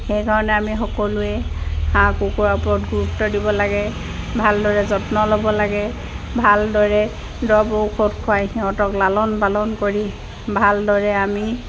সেইকাৰণে আমি সকলোৱে হাঁহ কুকুৰাৰ ওপৰত গুৰুত্ব দিব লাগে ভালদৰে যত্ন ল'ব লাগে ভালদৰে দৰৱ ঔষধ খোৱাই সিহঁতক লালন পালন কৰি ভালদৰে আমি